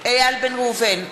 איל בן ראובן,